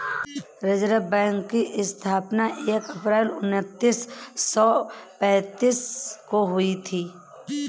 reserve bank की स्थापना एक अप्रैल उन्नीस सौ पेंतीस को हुई थी